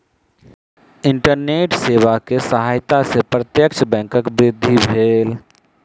internet सेवा के सहायता से प्रत्यक्ष बैंकक वृद्धि भेल